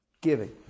giving